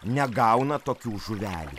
negauna tokių žuvelių